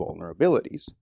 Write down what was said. vulnerabilities